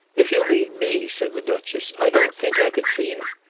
if you mean me, said the duchess, i don't think i could see him.